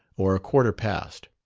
or a quarter past.